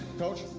coach.